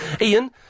Ian